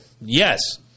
Yes